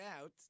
out